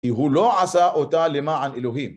אם הוא לא עשה אותה למען אלוהים.